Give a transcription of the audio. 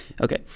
Okay